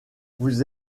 vous